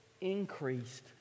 increased